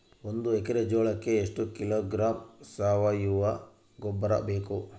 ಒಂದು ಎಕ್ಕರೆ ಜೋಳಕ್ಕೆ ಎಷ್ಟು ಕಿಲೋಗ್ರಾಂ ಸಾವಯುವ ಗೊಬ್ಬರ ಬೇಕು?